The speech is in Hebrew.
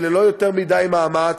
וללא יותר מדי מאמץ,